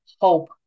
hope